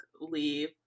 leave